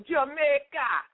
Jamaica